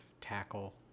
tackle